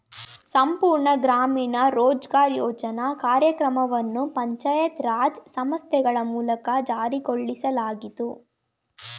ಸಂಪೂರ್ಣ ಗ್ರಾಮೀಣ ರೋಜ್ಗಾರ್ ಯೋಜ್ನ ಕಾರ್ಯಕ್ರಮವನ್ನು ಪಂಚಾಯತ್ ರಾಜ್ ಸಂಸ್ಥೆಗಳ ಮೂಲಕ ಜಾರಿಗೊಳಿಸಲಾಗಿತ್ತು